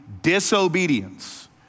disobedience